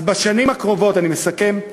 אני מסכם: